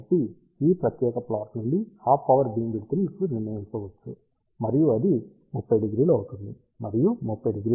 కాబట్టి ఈ ప్రత్యేక ప్లాట్ నుండి హాఫ్ పవర్ బీమ్ విడ్త్ ని ఇప్పుడు నిర్ణయించవచ్చు మరియు అది 300 అవుతుంది మరియు 300